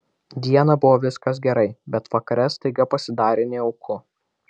dieną buvo viskas gerai bet vakare staiga pasidarė nejauku